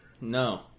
No